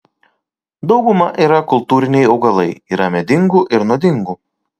dauguma yra kultūriniai augalai yra medingų ir nuodingų